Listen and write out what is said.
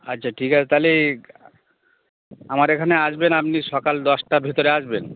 আচ্ছা ঠিক আছে তাহলে আমার এখানে আসবেন আপনি সকাল দশটার ভিতরে আসবেন